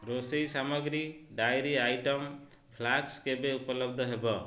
ରୋଷେଇ ସାମଗ୍ରୀ dairy item flask କେବେ ଉପଲବ୍ଧ ହେବ